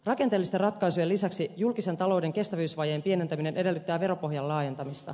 rakenteellisten ratkaisujen lisäksi julkisen talouden kestävyysvajeen pienentäminen edellyttää veropohjan laajentamista